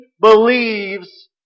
believes